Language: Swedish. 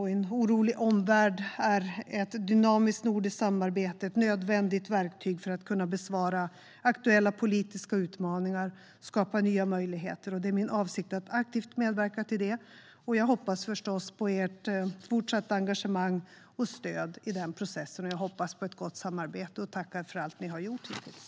I en orolig omvärld är ett dynamiskt nordiskt samarbete ett nödvändigt verktyg för att kunna besvara aktuella politiska utmaningar och skapa nya möjligheter. Det är min avsikt att aktivt medverka till det, och jag hoppas förstås på ert fortsatta engagemang och stöd i den processen. Jag hoppas också på ett gott samarbete och tackar för allt ni har gjort hittills.